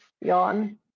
yawn